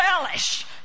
relish